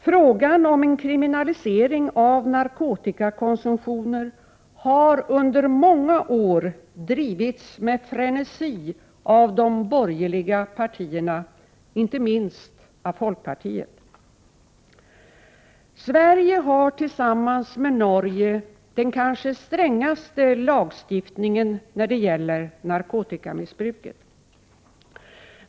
Frågan om en kriminalisering av narkotikakonsumtionen har under många år drivits med frenesi av de borgerliga partierna, inte minst av folkpartiet. Sverige har tillsammans med Norge den kanske strängaste lagstiftningen när det gäller narkotikamissbruket.